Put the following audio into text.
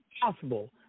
possible